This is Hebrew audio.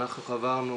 אנחנו נותנים